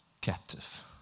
captive